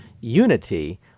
unity